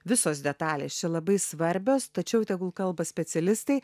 visos detalės čia labai svarbios tačiau tegul kalba specialistai